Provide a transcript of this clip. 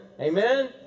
Amen